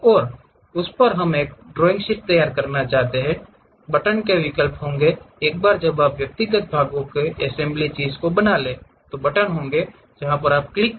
और उस पर हम एक ड्राइंग शीट तैयार करना चाहते हैं बटन के विकल्प होंगे एक बार जब आप व्यक्तिगत भागों से इस असेंबली चीज़ को बनाते हैं तो बटन होंगे जो आप इसे क्लिक करते हैं